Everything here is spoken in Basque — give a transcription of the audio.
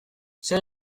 zer